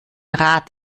rat